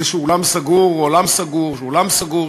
באיזה אולם סגור או עולם סגור שהוא אולם סגור,